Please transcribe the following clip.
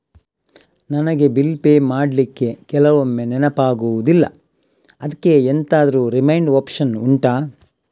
ನನಗೆ bill pay ಮಾಡ್ಲಿಕ್ಕೆ ಕೆಲವೊಮ್ಮೆ ನೆನಪಾಗುದಿಲ್ಲ ಅದ್ಕೆ ಎಂತಾದ್ರೂ ರಿಮೈಂಡ್ ಒಪ್ಶನ್ ಉಂಟಾ